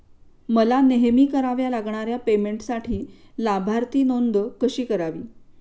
मला नेहमी कराव्या लागणाऱ्या पेमेंटसाठी लाभार्थी नोंद कशी करावी?